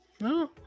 no